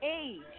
age